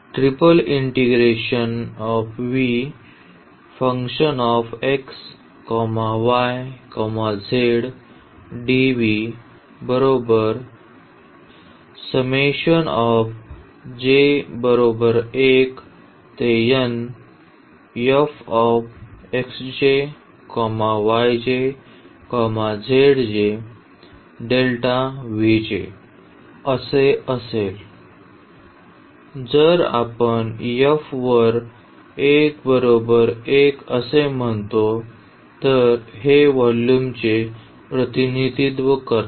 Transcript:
जर आपण f वर 1 बरोबर 1 असे म्हणतो तर हे व्हॉल्यूमचे प्रतिनिधित्व करते